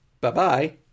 bye-bye